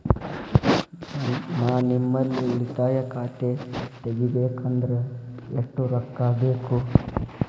ನಾ ನಿಮ್ಮಲ್ಲಿ ಉಳಿತಾಯ ಖಾತೆ ತೆಗಿಬೇಕಂದ್ರ ಎಷ್ಟು ರೊಕ್ಕ ಬೇಕು?